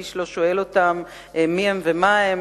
איש לא שואל אותם מיהם ומהם,